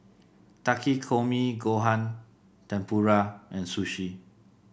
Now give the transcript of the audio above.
Takikomi Gohan Tempura and Sushi